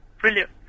Brilliant